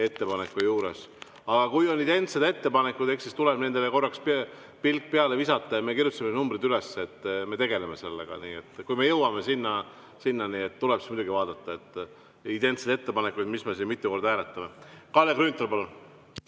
ettepaneku juures. Aga kui on identsed ettepanekud, eks siis tuleb nendele korraks pilk peale visata. Me kirjutasime numbrid üles ja tegeleme sellega. Kui me jõuame sinnani, siis tuleb muidugi vaadata, et mis neid identseid ettepanekuid siin mitu korda hääletame. Kalle Grünthal,